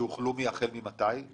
החל ממתי הן הוחלו?